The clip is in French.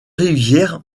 rivières